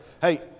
Hey